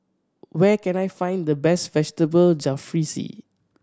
where can I find the best Vegetable Jalfrezi